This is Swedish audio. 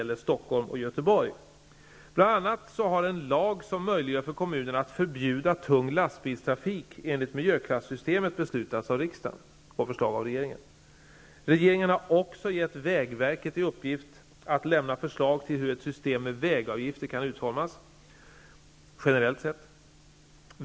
Bl.a. har riksdagen, på förslag av regeringen, beslutat om en lag som möjliggör för kommunerna att förbjuda tung lastbilstrafik enligt systemet för miljöklassning. Regeringen har också gett vägverket i uppgift att lämna förslag till hur ett system med vägavgifter kan utformas generellt sett.